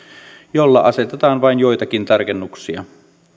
jolla asetetaan vain joitakin tarkennuksia